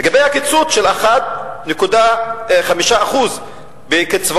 לגבי הקיצוץ של 1.5% בקצבאות,